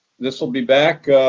this will be back